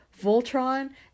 Voltron